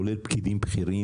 כולל פקידים בכירים,